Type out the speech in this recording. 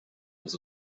was